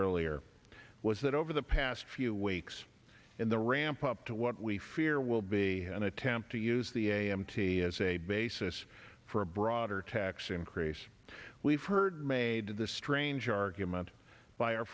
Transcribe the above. earlier was that over the past few weeks in the ramp up to what we fear will be an attempt to use the a m t as a basis for a broader tax increase we've heard made this strange argument by our